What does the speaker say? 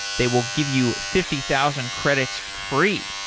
they will give you fifty thousand credits free,